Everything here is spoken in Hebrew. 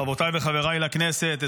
חברותיי וחבריי לכנסת,